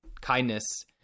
kindness